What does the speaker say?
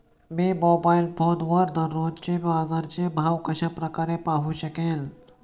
मी mobile फोनवर दररोजचे बाजाराचे भाव कशा प्रकारे पाहू शकेल?